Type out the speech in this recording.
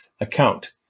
account